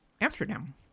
Amsterdam